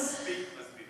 אין מספיק מסבירנים.